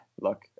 look